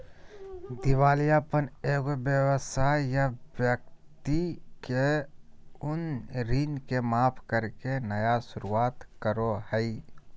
दिवालियापन एगो व्यवसाय या व्यक्ति के उन ऋण के माफ करके नया शुरुआत करो हइ